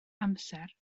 amser